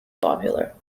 popular